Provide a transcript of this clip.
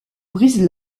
brise